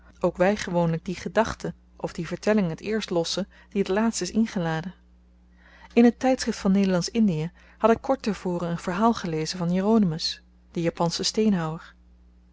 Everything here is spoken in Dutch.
ook wy gewoonlyk die gedachte of die vertelling t eerst lossen die t laatst is ingeladen in het tydschrift van nederlandsch indie had ik kort tevoren een verhaal gelezen van jeronimus de japansche steenhouwer